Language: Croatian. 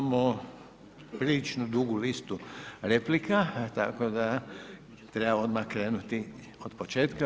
Imamo prilično dugu listu replika tako da treba odmah krenuti od početka.